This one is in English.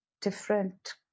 different